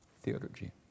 theology